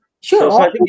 Sure